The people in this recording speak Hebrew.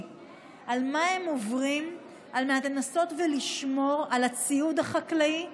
הם עוברים על מנת לנסות ולשמור על הציוד החקלאי,